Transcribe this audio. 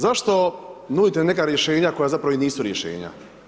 Zašto nudite neka rješenja koja zapravo i nisu rješenja?